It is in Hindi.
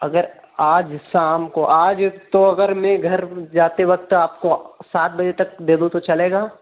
अगर आज शाम को आज तो अगर मैं घर जाते वक़्त आपको सात बजे तक दे दूँ तो चलेगा